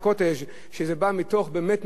שזה בא מתוך באמת מצוקה,